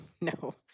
No